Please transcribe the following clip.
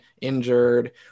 injured